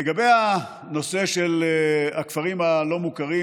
לגבי הנושא של הכפרים הלא-מוכרים,